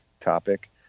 topic